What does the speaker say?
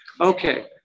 Okay